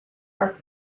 are